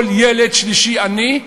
כל ילד שלישי עני,